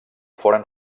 foren